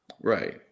Right